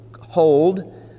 hold